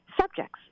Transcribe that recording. subjects